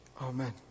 Amen